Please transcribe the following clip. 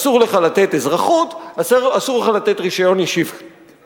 אסור לך לתת אזרחות, אסור לך לתת רשיון ישיבה.